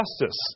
justice